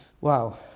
Wow